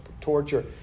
torture